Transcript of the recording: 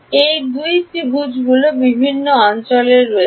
এই 2 ত্রিভুজগুলির বিভিন্ন অঞ্চল রয়েছে